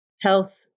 Health